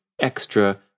extra